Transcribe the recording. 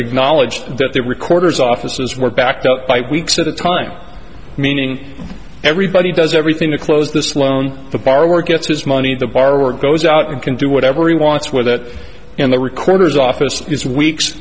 acknowledged that their recorders offices were backed up by weeks at a time meaning everybody does everything to close this loan the borrower gets his money the borrower goes out and can do whatever he wants with it and the recorder's office is weeks